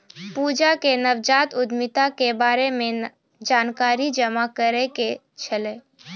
पूजा के नवजात उद्यमिता के बारे मे जानकारी जमा करै के छलै